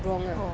wrong at all